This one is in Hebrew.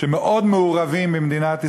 שמאוד מעורבים במדינת ישראל,